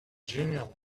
genial